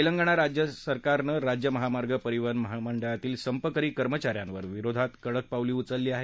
तेलंगणा सरकारनं राज्य महामार्ग परिवहन महामंडळातील संपकरी कर्मचा यावर विरोधात कडक पावलं उचलली आहेत